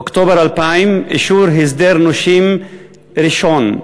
אוקטובר 2000, אישור הסדר נושים ראשון,